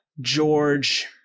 George